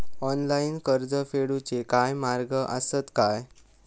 Online कर्ज फेडूचे काय मार्ग आसत काय?